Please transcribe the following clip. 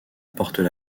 portent